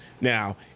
Now